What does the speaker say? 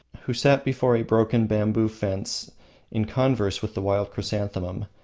who sat before a broken bamboo fence in converse with the wild chrysanthemum,